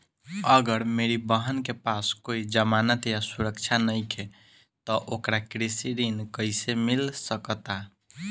अगर मेरी बहन के पास कोई जमानत या सुरक्षा नईखे त ओकरा कृषि ऋण कईसे मिल सकता?